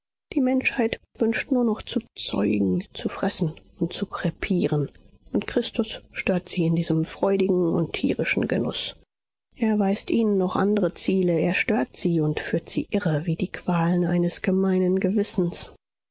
die menschheit wünscht nur noch zu zeugen zu fressen und zu krepieren und christus stört sie in diesem freudigen und tierischen genuß er weist ihnen noch andere ziele er stört sie und führt sie irre wie die qualen eines gemeinen gewissens